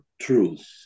truth